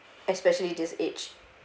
especially this age